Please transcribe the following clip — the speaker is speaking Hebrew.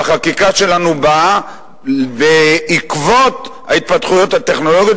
והחקיקה שלנו באה בעקבות ההתפתחויות הטכנולוגיות